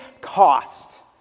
cost